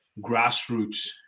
grassroots